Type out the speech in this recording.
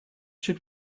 should